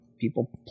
people